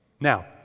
Now